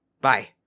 Bye